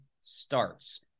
starts